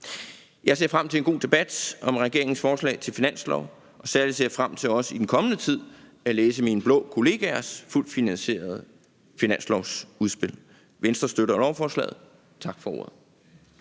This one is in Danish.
Jeg ser frem til en god debat om regeringens forslag til finanslov, og særlig ser jeg frem til også i den kommende tid at læse mine blå kollegaers fuldt finansierede finanslovsudspil. Venstre støtter lovforslaget. Tak for ordet.